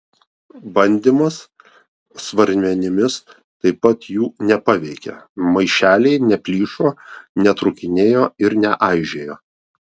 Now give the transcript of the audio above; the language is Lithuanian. bandymas svarmenimis taip pat jų nepaveikė maišeliai neplyšo netrūkinėjo ir neaižėjo